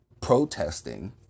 protesting